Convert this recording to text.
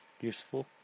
Useful